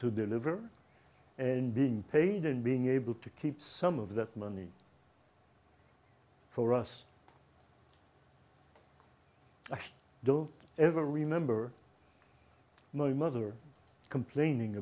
to deliver and being paid and being able to keep some of that money for us i don't ever remember no mother complaining